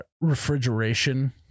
refrigeration